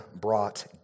brought